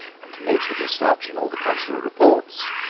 and noted as such in all the consular reports,